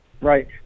Right